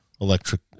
electric